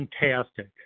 fantastic